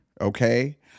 okay